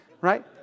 Right